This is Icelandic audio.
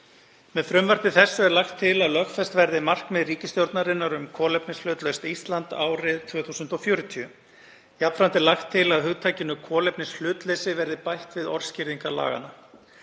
Með frumvarpinu er lagt til að lögfest verði markmið ríkisstjórnarinnar um kolefnishlutlaust Ísland árið 2040. Jafnframt er lagt til að hugtakinu kolefnishlutleysi verði bætt við orðskýringar laganna.